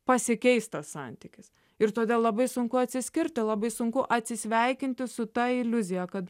pasikeis tas santykis ir todėl labai sunku atsiskirti labai sunku atsisveikinti su ta iliuzija kad